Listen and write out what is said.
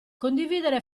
condividere